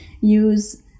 use